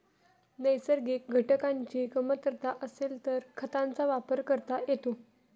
नैसर्गिक घटकांची कमतरता असेल तर खतांचा वापर करता येतो